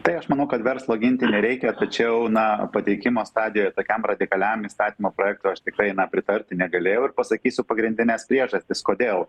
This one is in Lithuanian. tai aš manau kad verslo ginti nereikia tačiau na pateikimo stadijoj tokiam radikaliam įstatymo projektui aš tikrai na pritarti negalėjau ir pasakysiu pagrindines priežastis kodėl